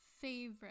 favorite